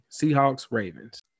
Seahawks-Ravens